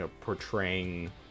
portraying